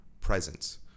presence